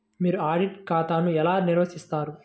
మీరు ఆడిట్ ఖాతాను ఎలా నిర్వహిస్తారు?